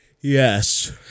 Yes